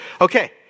Okay